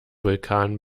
vulkan